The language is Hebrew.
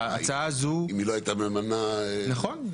אם היא לא הייתה ממנה נכון,